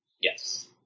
yes